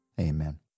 amen